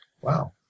Wow